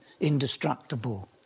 indestructible